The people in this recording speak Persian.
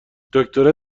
دکتره